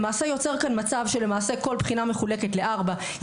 נוצר כאן מצב שלמעשה כל בחינה מחולקת לארבעה חלקים,